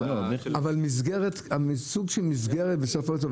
אבל סוג של מסגרת בסופו של דבר.